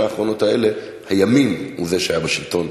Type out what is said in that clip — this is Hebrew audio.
האחרונות האלה הימין הוא שהיה בשלטון,